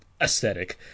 aesthetic